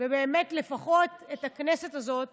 ובאמת לפחות את הכנסת הזאת